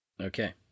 Okay